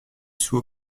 sous